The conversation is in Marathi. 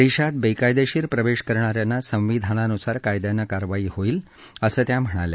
देशात बेकायदेशीर प्रवेश करणा यांना संविधानानुसार कायद्यानं कारवाई होईल असं त्या म्हणाल्या